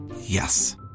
Yes